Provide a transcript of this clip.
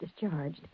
discharged